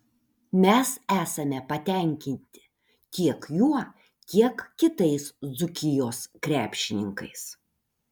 mes esame patenkinti tiek juo tiek kitais dzūkijos krepšininkais